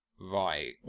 Right